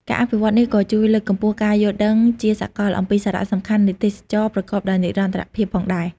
ការអភិវឌ្ឍនេះក៏ជួយលើកកម្ពស់ការយល់ដឹងជាសកលអំពីសារៈសំខាន់នៃទេសចរណ៍ប្រកបដោយនិរន្តរភាពផងដែរ។